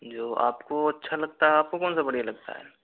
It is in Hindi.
जो आपको अच्छा लगता है अपको कौन सा बढ़िया लगता है